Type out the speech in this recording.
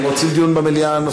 הם רוצים דיון נוסף במליאה.